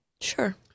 Sure